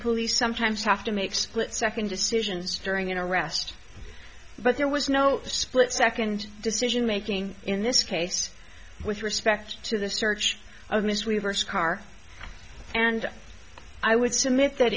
police sometimes have to make split second decisions during an arrest but there was no split second decision making in this case with respect to the search of ms reversed car and i would submit that